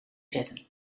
zetten